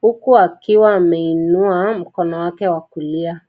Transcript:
huku akiwa ameinua mukono wake wa kulia.